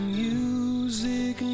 music